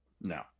No